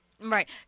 right